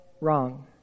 wrong